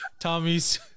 Tommy's